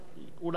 הרבה יותר.